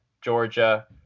Georgia